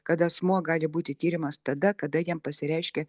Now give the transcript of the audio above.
kad asmuo gali būti tiriamas tada kada jam pasireiškė